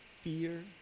fear